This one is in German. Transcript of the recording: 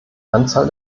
anzahl